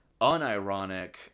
unironic